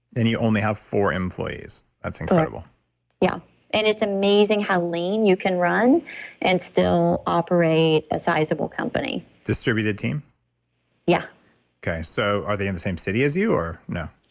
and you only have four employees. that's incredible yeah and it's amazing how lean you can run and still operate a sizable company distributed team yeah so are they in the same city as you or no?